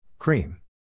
Cream